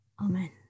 Amen